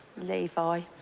levi.